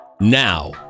Now